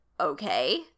okay